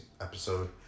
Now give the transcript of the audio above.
episode